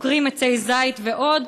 עוקרים עצי זית ועוד,